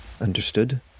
understood